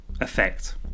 effect